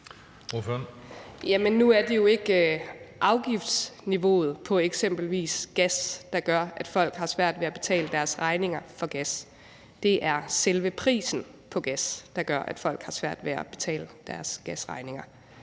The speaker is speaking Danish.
Nu er det jo ikke afgiftsniveauet på eksempelvis gas, der gør, at folk har svært ved at betale deres regninger for gas. Det er selve prisen for gas, der gør, at folk har svært ved at betale deres gasregninger.